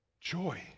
joy